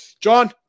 John